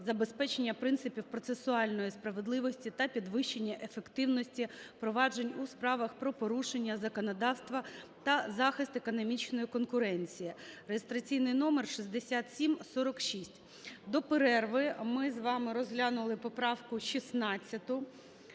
забезпечення принципів процесуальної справедливості та підвищення ефективності проваджень у справах про порушення законодавства та захист економічної конкуренції (реєстраційний номер 6746). До перерви ми з вами розглянули поправку 16.